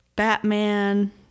Batman